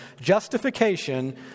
Justification